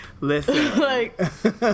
Listen